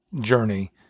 journey